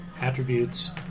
attributes